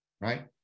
right